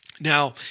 Now